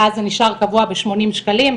ואז זה נשאר קבוע בשמונים שקלים.